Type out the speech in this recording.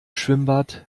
schwimmbad